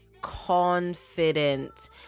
confident